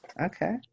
Okay